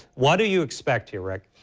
what do you expect here, rick?